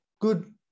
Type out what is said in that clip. good